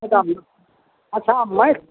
अच्छा मैथ